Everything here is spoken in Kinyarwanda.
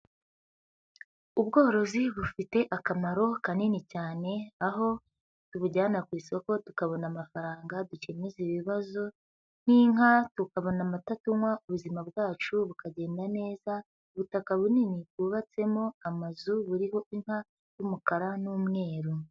Ubworozi bufite akamaro kanini cyane, aho tubujyana ku isoko tukabona amafaranga dukemuza ibibazo, nk'inka tukabona amata tunywa ubuzima bwacu bukagenda neza, ubutaka bunini bwubatsemo amazu buriho inka y'umukara n'umweru.